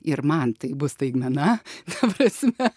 ir man tai bus staigmena ta prasme